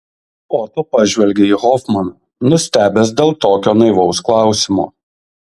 oto pažvelgė į hofmaną nustebęs dėl tokio naivaus klausimo